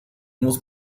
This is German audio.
muss